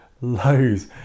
lows